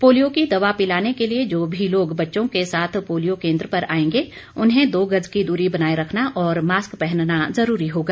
polio की दवा पिलाने के लिए जो भी लोग बच्चों के साथ पोलियो केन्द्र पर आएंगे उन्हें दो गज की दूरी बनाए रखना और मास्क पहनना जरूरी होगा